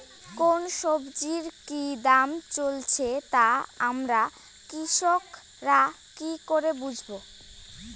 কোন সব্জির কি দাম চলছে তা আমরা কৃষক রা কি করে বুঝবো?